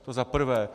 To za prvé.